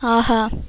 ஆஹா